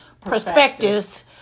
perspectives